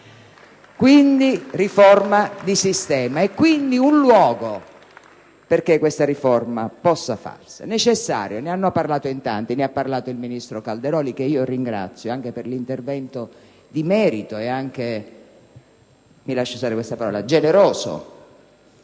Quindi, riforma di sistema, quindi un luogo perché questa riforma possa farsi. È necessario, e ne hanno parlato in tanti. ne ha parlato il ministro Calderoli, che io ringrazio per l'intervento di merito e anche, mi lasci usare questo termine, per